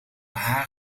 haar